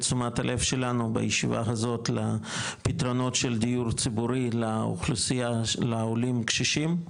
תשומת הלב שלנו בישיבה הזאת לפתרונות של דיור ציבורי לעולים קשישים,